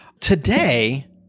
Today